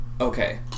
Okay